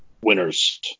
winners